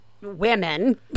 women